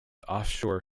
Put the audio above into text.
offshore